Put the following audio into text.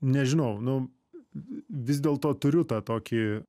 nežinau nu vis dėlto turiu tą tokį